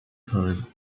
her